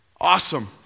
Awesome